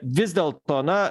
vis dėlto na